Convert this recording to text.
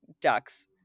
ducks